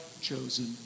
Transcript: chosen